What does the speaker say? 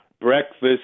Breakfast